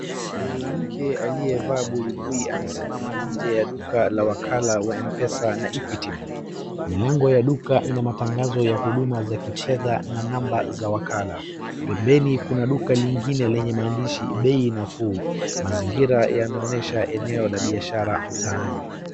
Mwanamke aliyevaa buibui amesimama nje ya duka la wakala wa mpesa na equity bank . Milango ya duka ina matangazo ya huduma za kifedha na namba za wakala. Pembeni kuna duka lingine lenye maandishi bei nafuu. Mazingira yanaonyesha eneo la biashara mtaani.